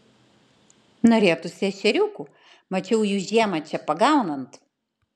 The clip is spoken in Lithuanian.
norėtųsi ešeriukų mačiau jų žiemą čia pagaunant